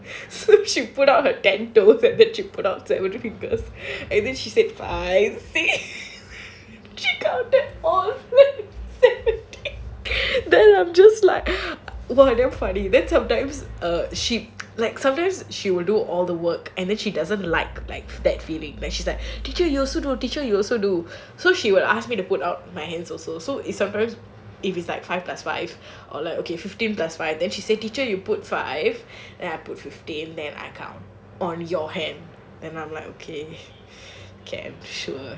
so she put out her ten toes and then she put out seven fingers and said five she counted all seventeen then I'm just like what damn funny then sometimes ugh sometimes she would do all the work and then she doesn't like like hat feeling so she is like teacher you also do teacher you also do so she would ask me to put out my hands also so sometimes if it is like five plus five or like okay fifteen plus five then she said teacher you put five then I put fifteen then I count on your hand then I'm like okay can sure